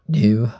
new